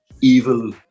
evil